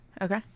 Okay